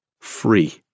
Free